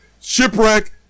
shipwreck